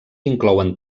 inclouen